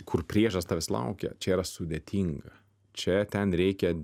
kur priešas tavęs laukia čia yra sudėtinga čia ten reikia